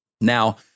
Now